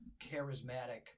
charismatic